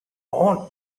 own